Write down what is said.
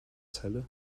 celle